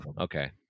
Okay